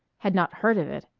had not heard of it,